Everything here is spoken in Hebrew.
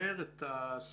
ולשמר את הזכות